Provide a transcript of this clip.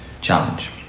challenge